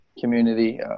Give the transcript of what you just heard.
community